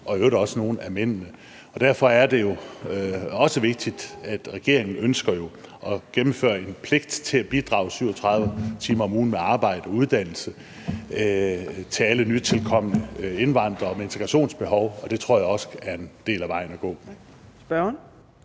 og i øvrigt også nogle af mændene. Og derfor er det også vigtigt at sige, at regeringen jo ønsker at indføre en pligt til at bidrage med arbejde og uddannelse 37 timer om ugen for alle nytilkomne indvandrere med integrationsbehov. Og det tror jeg også er en del af vejen at gå.